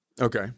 Okay